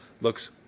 looks